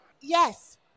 yes